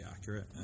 accurate